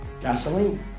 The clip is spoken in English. Gasoline